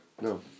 No